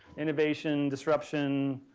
innovation, disruption,